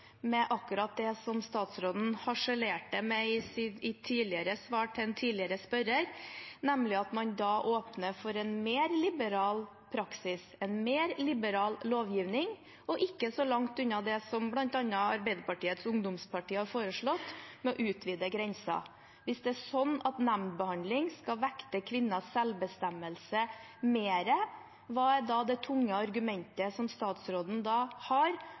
med akkurat det statsråden harselerte med i sitt svar til en tidligere spørrer, nemlig at man da åpner for en mer liberal praksis, en mer liberal lovgivning – ikke så langt unna det som bl.a. Arbeiderpartiets ungdomsparti har foreslått, med å utvide grensen? Hvis det er sånn at nemndbehandling skal vekte kvinners selvbestemmelse mer, hva er da det tunge argumentet som statsråden har